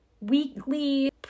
weekly